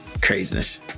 Craziness